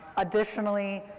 additionally,